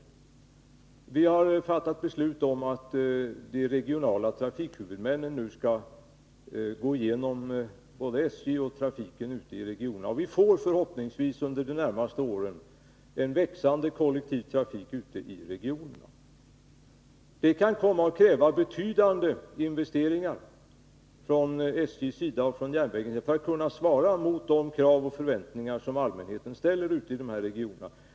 Riksdagen har fattat beslut om att de regionala trafikhuvudmännen nu skall gå igenom både SJ och trafiken i övrigt ute i regionerna. Vi får förhoppningsvis under de närmaste åren en växande kollektiv trafik ute i regionerna. Det kan komma att kräva betydande investeringar från SJ:s sida för att järnvägen skall kunna svara mot de krav och förväntningar som allmänheten ställer i de här regionerna.